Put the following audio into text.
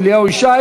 אילן גילאון,